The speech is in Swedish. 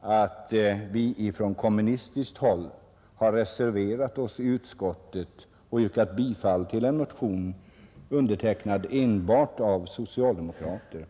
att vi från kommunistiskt håll har reserverat oss i utskottet och yrkat bifall till en motion, undertecknad av enbart socialdemokrater.